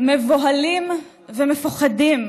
מבוהלים ומפוחדים,